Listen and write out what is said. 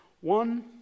one